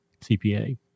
CPA